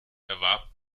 erwarb